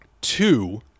Two